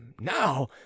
now